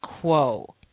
Quo